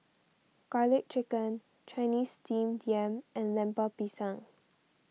Garlic Chicken Chinese Steamed Yam and Lemper Pisang